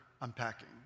Unpacking